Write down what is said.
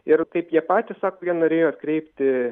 ir kaip jie patys sako jie norėjo atkreipti